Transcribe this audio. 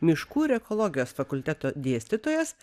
miškų ir ekologijos fakulteto dėstytojas